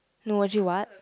no would you what